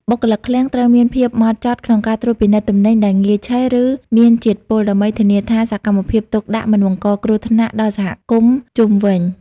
បុគ្គលិកឃ្លាំងត្រូវមានភាពហ្មត់ចត់ក្នុងការត្រួតពិនិត្យទំនិញដែលងាយឆេះ ឬមានជាតិពុល ដើម្បីធានាថាសកម្មភាពទុកដាក់មិនបង្កគ្រោះថ្នាក់ដល់សហគមន៍ជុំវិញ។